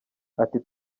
ati